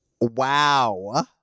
Wow